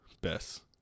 best